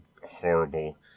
Horrible